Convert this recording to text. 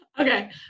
Okay